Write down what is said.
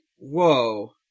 Whoa